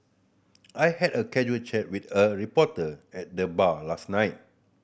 I had a casual chat with a reporter at the bar last night